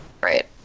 Right